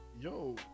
yo